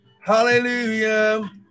Hallelujah